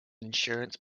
insurance